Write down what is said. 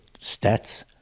stats